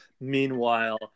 Meanwhile